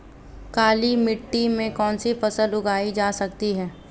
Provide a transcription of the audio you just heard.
काली मिट्टी में कौनसी फसल उगाई जा सकती है?